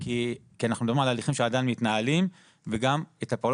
כי אנחנו מדברים על הליכים שעדיין מתנהלים וגם את הפעולות